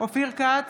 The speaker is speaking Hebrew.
אופיר כץ,